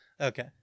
Okay